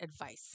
advice